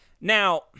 Now